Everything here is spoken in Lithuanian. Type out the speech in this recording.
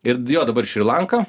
ir jo dabar šri lanka